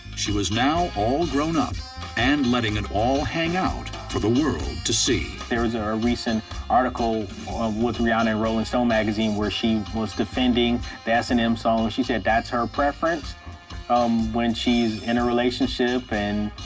she was now all grown up and letting it all hang out for the world to see. there was ah a recent article rihanna in rolling stone magazine where she and was defending the s and m song. she said that's her preference um when she's in a relationship. and,